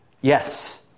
Yes